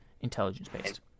Intelligence-based